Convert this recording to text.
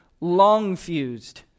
long-fused